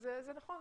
זה נכון,